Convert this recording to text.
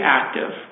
active